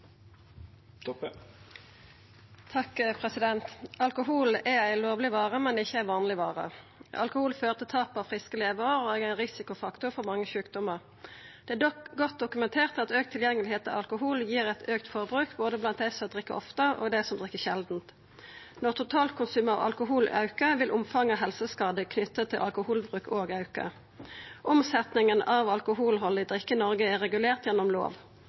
friske levrar og er ein risikofaktor for mange sjukdomar. Det er godt dokumentert at auka tilgjengelegheit til alkohol gir eit auka forbruk blant både dei som drikk ofte, og dei som drikk sjeldan. Når totalkonsumet av alkohol aukar, vil omfanget av helseskadar knytte til alkoholbruk òg auka. Omsetninga av alkoholhaldig drikk i Noreg er regulert gjennom lov.